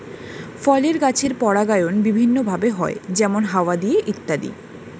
ফলের গাছের পরাগায়ন বিভিন্ন ভাবে হয়, যেমন হাওয়া দিয়ে ইত্যাদি